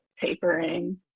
tapering